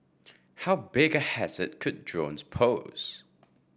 how big hazard could drones pose